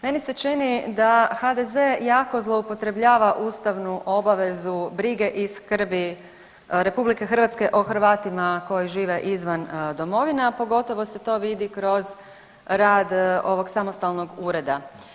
Meni se čini da HDZ-e jako zloupotrebljava ustavnu obavezu brige i skrbi Republike Hrvatske o Hrvatima koji žive izvan domovine, a pogotovo se to vidi kroz rad ovog samostalnog ureda.